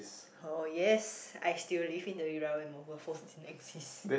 oh yes I still live in the era when mobile phones don't exist